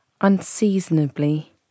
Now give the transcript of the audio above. unseasonably